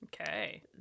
Okay